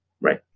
Right